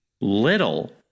Little